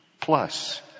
plus